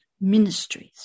ministries